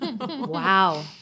Wow